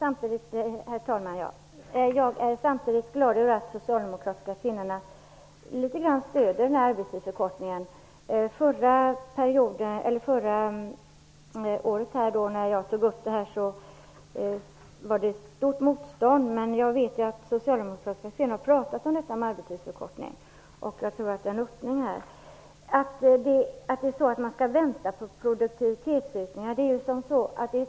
Herr talman! Jag är glad över att de socialdemokratiska kvinnorna litet grand stöder arbetstidsförkortningen. Förra året när jag tog upp denna fråga fanns det ett stort motstånd. Men jag vet att socialdemokratiska kvinnor har talat mycket om arbetstidsförkortning, och jag tror att det finns en öppning. Att man skulle vänta på produktivitetsökningar stämmer inte.